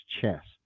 chest